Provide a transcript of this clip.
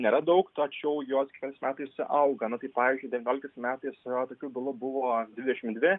nėra daug tačiau jos kiekvienais metais auga na tai pavyzdžiui devynioliktais metais tokių bylų buvo dvidešimt dvi